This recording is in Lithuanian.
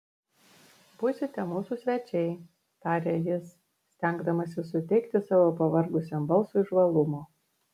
būsite mūsų svečiai tarė jis stengdamasis suteikti savo pavargusiam balsui žvalumo